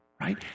Right